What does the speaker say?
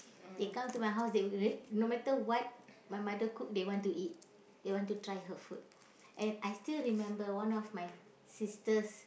they come to my house they will r~ no matter what my mother cook they want to eat they want to try her food and I still remember one of my sister's